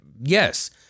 Yes